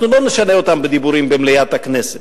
אנחנו לא נשנה אותם בדיבורים במליאת הכנסת.